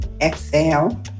exhale